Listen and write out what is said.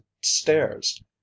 stairs